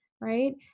Right